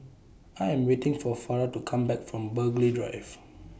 I Am waiting For Farrah to Come Back from Burghley Drive